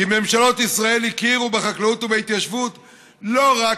כי ממשלות ישראל הכירו בחקלאות ובהתיישבות לא רק